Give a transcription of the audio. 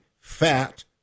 Fat